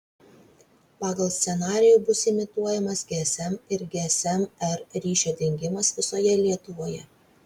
pagal scenarijų bus imituojamas gsm ir gsm r ryšio dingimas visoje lietuvoje